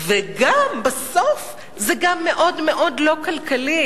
וגם בסוף זה גם מאוד מאוד לא כלכלי.